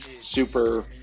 super